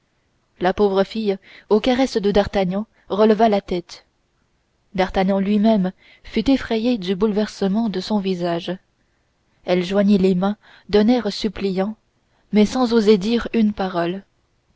la pauvre fille à la voix de d'artagnan releva la tête d'artagnan lui-même fut effrayé du bouleversement de son visage elle joignit les mains d'un air suppliant mais sans oser dire une parole